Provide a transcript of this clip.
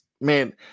man